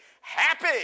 Happy